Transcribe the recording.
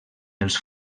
els